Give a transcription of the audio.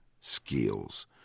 skills